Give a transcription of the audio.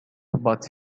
but